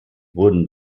wurden